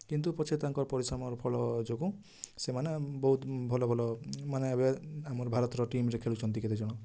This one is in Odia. କିନ୍ତୁ ପଛେ ତାଙ୍କ ପରିଶ୍ରମର ଫଳ ଯୋଗୁଁ ସେମାନେ ବହୁତ ଭଲ ଭଲ ମାନେ ଏବେ ଆମର ଭାରତର ଟିମ୍ରେ ଖେଳୁଛନ୍ତି କେତେଜଣ